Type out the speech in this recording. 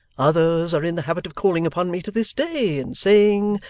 others are in the habit of calling upon me to this day and saying,